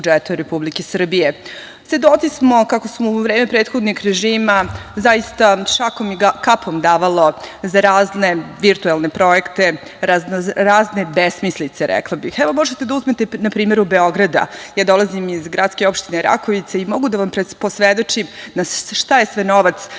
Republike Srbije. Svedoci smo kako se u vreme prethodnog režima zaista šakom i kapom davalo za razne virtuelne projekte, razne besmislice, rekla bih. Možete da uzmete primer Beograda. Ja dolazim iz gradske opštine Rakovica i mogu da vam posvedočim na šta je sve novac iz